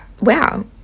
wow